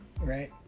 Right